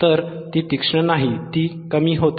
तर ती तीक्ष्ण नाही ती कमी होते